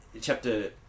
chapter